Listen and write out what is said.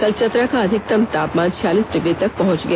कल चतरा का अधिकतम तापमान छियालीस डिग्री तक पहुंच गया